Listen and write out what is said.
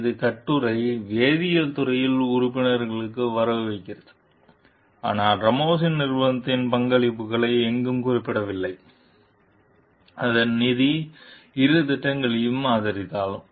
இந்த கட்டுரை வேதியியல் துறையின் உறுப்பினர்களுக்கு வரவு வைக்கிறது ஆனால் ராமோஸின் நிறுவனத்தின் பங்களிப்புகளை எங்கும் குறிப்பிடவில்லை அதன் நிதி இரு திட்டங்களையும் ஆதரித்தாலும்